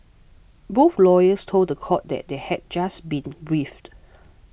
both lawyers told the court that they had just been briefed